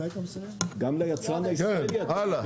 כן, הלאה.